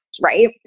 right